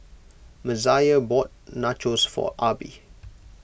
Messiah bought Nachos for Arbie